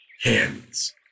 hands